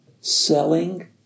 selling